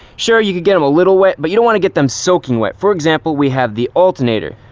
sure you can get a little wet, but you don't want to get them soaking wet. for example, we have the alternator,